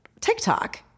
TikTok